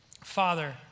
Father